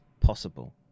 possible